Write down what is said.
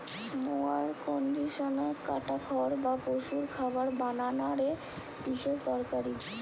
mower conditioner কাটা খড় বা পশুর খাবার বানানা রে বিশেষ দরকারি